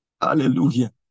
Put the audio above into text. Hallelujah